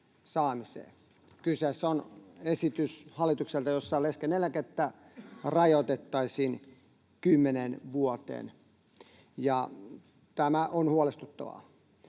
Kyseessä on hallitukselta esitys, jossa leskeneläkettä rajoitettaisiin kymmeneen vuoteen, ja tämä on huolestuttavaa.